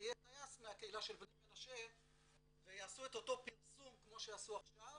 יהיה טייס מהקהילה של בני מנשה ויעשו את אותו פרסום כמו שעשו עכשיו,